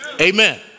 amen